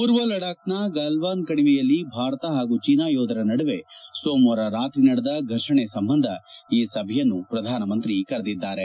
ಪೂರ್ವ ಲಡಾಕ್ನ ಗಲ್ಲಾನ್ ಕಣಿವೆಯಲ್ಲಿ ಭಾರತ ಹಾಗೂ ಚೀನಾ ಯೋಧರ ನಡುವೆ ಸೋಮವಾರ ರಾತ್ರಿ ನಡೆದ ಫರ್ಷಣೆ ಸಂಬಂಧ ಈ ಸಭೆಯನ್ನು ಪ್ರಧಾನಮಂತ್ರಿ ಕರೆದಿದ್ದಾರೆ